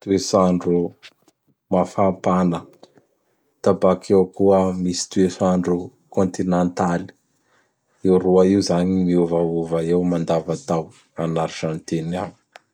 Toets'andro mafapana; da bakeo koa misy toets'andro kontinantaly. I roa io zany gn miovaova eo mandavatao. An'Arzantiny agny.